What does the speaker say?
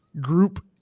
group